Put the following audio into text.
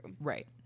Right